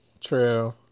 True